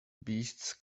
beasts